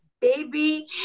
baby